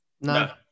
No